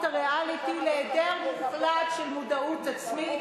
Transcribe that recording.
הריאליטי על היעדר מוחלט של מודעות עצמית,